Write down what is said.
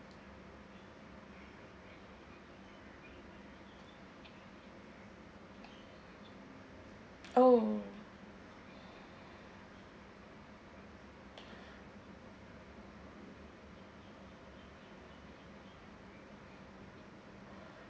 oh